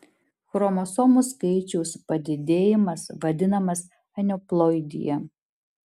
chromosomų skaičiaus padidėjimas vadinamas aneuploidija